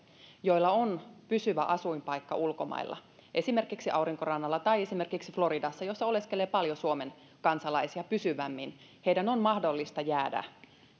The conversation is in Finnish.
joilla on pysyvä asuinpaikka ulkomailla esimerkiksi aurinkorannikolla tai esimerkiksi floridassa missä oleskelee paljon suomen kansalaisia pysyvämmin on mahdollista jäädä